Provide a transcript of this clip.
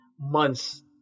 months